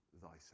thyself